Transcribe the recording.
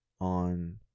on